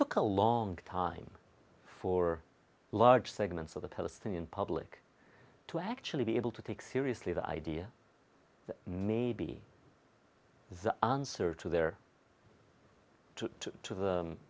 took a long time for large segments of the palestinian public to actually be able to take seriously the idea that maybe the answer to their to t